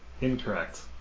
incorrect